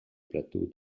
plateau